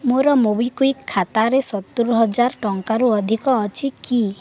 ମୋର ମୋବିକ୍ଵିକ୍ ଖାତାରେ ସତୁର ଟଙ୍କାରୁ ଅଧିକ ଅଛି କି